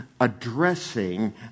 addressing